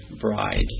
bride